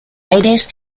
aires